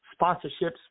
sponsorships